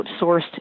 outsourced